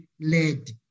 led